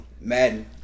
Madden